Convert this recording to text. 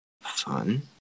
Fun